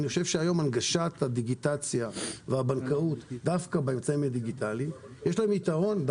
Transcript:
היום הנגשת הדיגיטציה והבנקאות דווקא באמצעים הדיגיטליים יש להם יתרון,